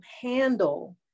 handle